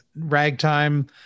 ragtime